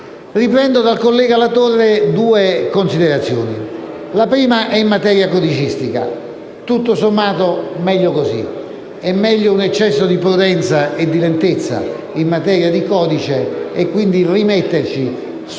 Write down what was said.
Riprendo dal collega Latorre due considerazioni, la prima in materia codicistica. Tutto sommato è meglio così: è meglio un eccesso di prudenza e di lentezza in materia di codice, rimettendoci sull'applicabilità